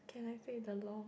can I say the law